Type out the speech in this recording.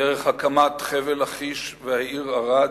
דרך הקמת חבל-לכיש והעיר ערד,